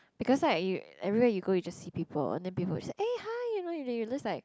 because like you everywhere you go you just see people and then people will say eh hi you know you just like